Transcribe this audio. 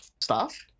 staff